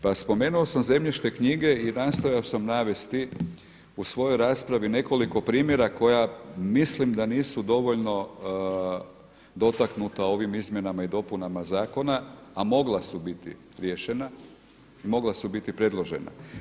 Pa spomenuo sam zemljišne knjige i nastojao sam navesti u svojoj raspravi nekoliko primjera koja mislim da nisu dovoljno dotaknuta ovim izmjenama i dopunama zakona, a mogla su biti riješena i mogla su biti predložena.